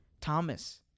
Thomas